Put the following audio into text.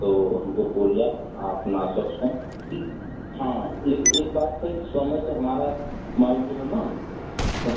तो हमको पूर्जा आ आप हाँ लेकिन एक बात है कि समय से हमारा माल जो है न